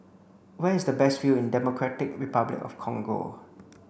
where is the best view in Democratic Republic of the Congo